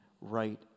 right